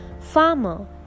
Farmer